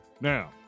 Now